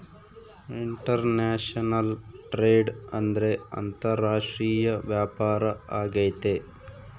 international trade ಅಂದ್ರೆ ಅಂತಾರಾಷ್ಟ್ರೀಯ ವ್ಯಾಪಾರ ಆಗೈತೆ